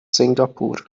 singapur